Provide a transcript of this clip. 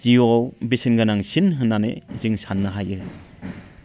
जिउआव बेसेनगोनांसिन होननानै जों साननो हायो